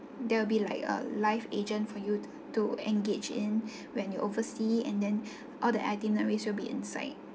there'll be like a live agent for you to engage in when you oversea and then all the itineraries will be inside